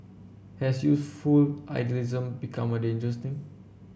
has youthful idealism become a danger thing